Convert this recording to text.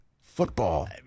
football